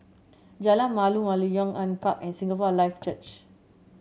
Jalan Malu Malu Yong An Park and Singapore Life Church